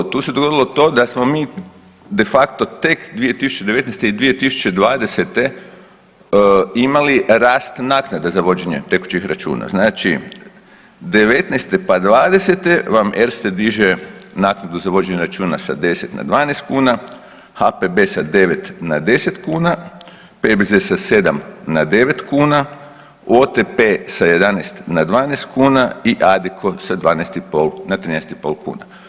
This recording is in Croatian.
Tu se dogodilo to da smo mi de facto tek 2019. i 2020. imali rast naknade za vođenje tekućih računa, znači, '19. pa '20. vam Erste diže naknadu za vođenje računa sa 10 na 12 kuna, HPB sa 9 na 10 kuna, PBZ sa 7 na 9 kuna, OTP sa 11 na 12 kuna i Addiko sa 12,5 na 13,5 kuna.